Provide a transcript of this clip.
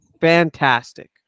fantastic